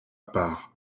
part